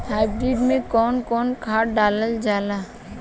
Hybrid में कउन कउन खाद डालल जाला?